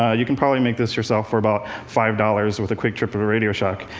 you can probably make this yourself for about five dollars with a quick trip to the radio shack.